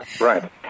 Right